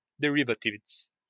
derivatives